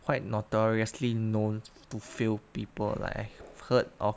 quite notoriously known to fail people like I heard of